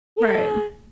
right